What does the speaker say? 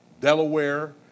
delaware